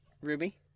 Ruby